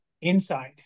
inside